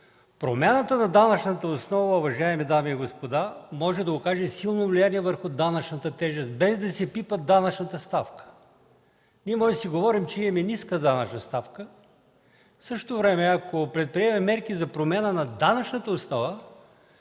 промяната на данъчната основа може да окаже силно влияние върху данъчната тежест, без да се пипа данъчна ставка. Ние можем да си говорим, че имаме ниска данъчна ставка. В същото време, ако предприемем мерки за промяна на данъчната основа,